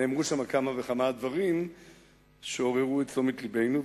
נאמרו שם כמה דברים שעוררו את תשומת לבנו,